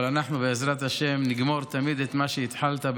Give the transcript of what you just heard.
אבל אנחנו, בעזרת השם, נגמור תמיד את מה שהתחלת.